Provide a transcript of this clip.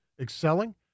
excelling